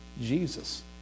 Jesus